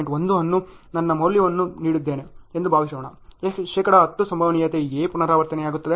1 ಅನ್ನು ನನ್ನ ಮೌಲ್ಯವಾಗಿ ನೀಡಿದ್ದೇನೆ ಎಂದು ಭಾವಿಸೋಣ ಶೇಕಡಾ 10 ಸಂಭವನೀಯತೆ A ಪುನರಾವರ್ತನೆಯಾಗುತ್ತದೆ